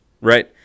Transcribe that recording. right